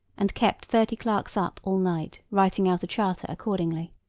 and kept thirty clerks up, all night, writing out a charter accordingly.